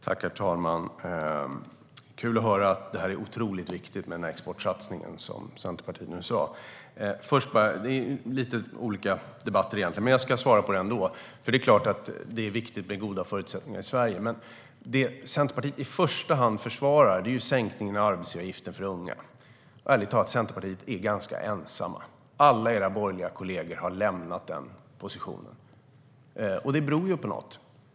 Herr talman! Kul att höra att det är otroligt viktigt med den här exportsatsningen, som Centerpartiet nu sa. Det är lite olika debatter egentligen, men jag ska svara ändå. Det är klart att det är viktigt med goda förutsättningar i Sverige, men det Centerpartiet i första hand försvarar är ju sänkningen av arbetsgivaravgiften för unga. Ärligt talat är Centerpartiet ganska ensamt om det. Alla era borgerliga kollegor har lämnat den positionen. Det beror ju på något.